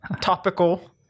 topical